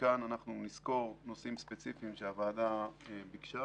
מכאן נסקור נושאים ספציפיים שהוועדה ביקשה